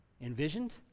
Envisioned